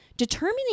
Determining